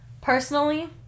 Personally